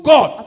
God